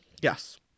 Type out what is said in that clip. Yes